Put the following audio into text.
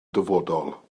dyfodol